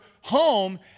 home